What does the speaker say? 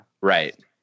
Right